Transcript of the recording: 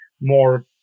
more